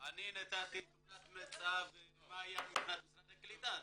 אני נתתי תמונת מצב מה היה מבחינת משרד הקליטה.